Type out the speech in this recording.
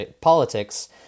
politics